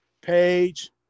page